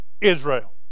Israel